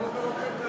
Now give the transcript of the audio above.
לא באופן מאיים.